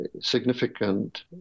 significant